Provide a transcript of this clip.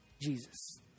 Jesus